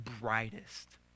brightest